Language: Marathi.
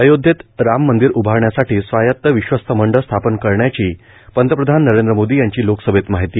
अयोध्येत राम मंदिर उभारण्यासाठी स्वायत विश्वस्त मंडळ स्थापन करण्याची पंतप्रधान नरेंद्र मोदी यांची लोकसभेत माहिती